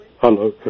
hello